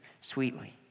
sweetly